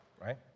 right